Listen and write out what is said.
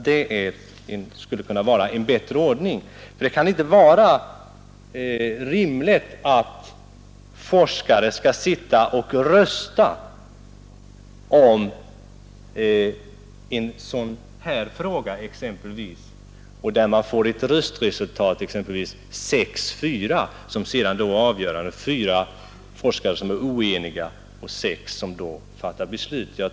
Det kan inte vara rimligt att forskare skall sitta och rösta i en sådan fråga. Röstningsresultatet blir exempelvis 6—4 och detta blir sedan avgörande — dvs. fyra redovisar en avvikande mening mot det beslut som fattas av sex forskare.